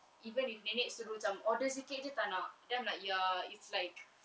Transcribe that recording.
even if nenek suruh macam order sikit jer dia tak nak then I'm like ya it's like